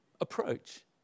approach